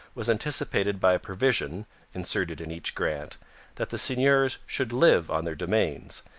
was anticipated by a provision inserted in each grant that the seigneurs should live on their domains,